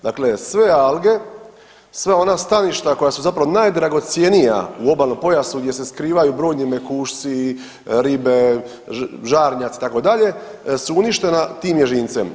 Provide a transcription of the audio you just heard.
Dakle, sve alge, sva ona staništa koja su zapravo najdragocjenija u obalnom pojasu gdje se skrivaju brojni mekušci, ribe, žarnjaci itd. su uništena tim ježincem.